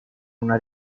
una